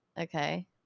Okay